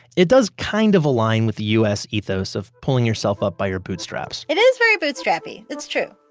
it does kind of align with the us ethos of pulling yourself up by your bootstraps. it is very bootstrapy. it's true.